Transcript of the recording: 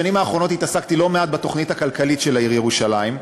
בשנים האחרונות עסקתי לא מעט בתוכנית הכלכלית של העיר ירושלים,